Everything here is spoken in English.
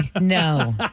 No